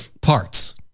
parts